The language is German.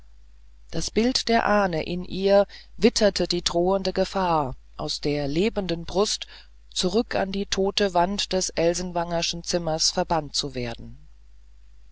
das bild der ahne in ihr witterte die drohende gefahr aus der lebenden brust zurück in die tote wand des elsenwangerschen zimmers verbannt zu werden